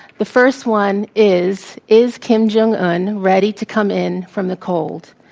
the first one is, is kim jong un ready to come in from the cold.